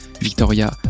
Victoria